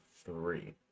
three